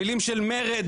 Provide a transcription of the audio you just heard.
מילים של מרד,